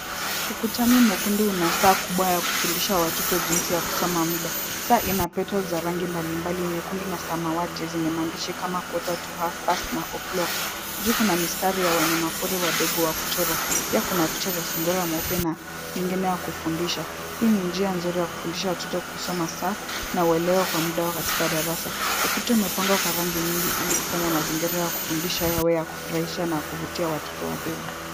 Ukutani mwekundu una saa kubwa ya kufundisha watoto jinsi ya kusoma muda. Saa ina petals za rangi mbalimbali, nyekundu na samawati zenye maandishi kama quarter to half past na o'clock .Juu kuna mistari ya wanyamapori wadogo wa kuchora. Pia kuna picha za sungura mweupe na nyingine ya kufundisha. Hii ni njia nzuri ya kufundisha watoto kusoma saa na waelewe kwa muda katika darasa. Ukuta umepangwa kwa rangi nyingi ili kufanya mazingira ya kufundisha yawe ya kufurahisha na kuvutia watoto wadogo.